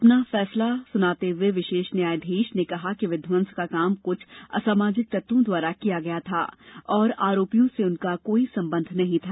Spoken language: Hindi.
अपना फैसला सुनाते हुए विशेष न्यायाधीश ने कहा कि विध्वंस का काम कुछ असामाजिक तत्वों द्वारा किया गया था और आरोपियों से उनका कोई संबंध नहीं था